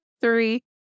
three